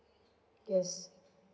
yes